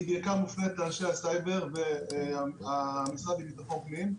היא מופנית בעיקר לאנשי הסייבר ולמשרד לביטחון הפנים.